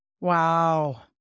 Wow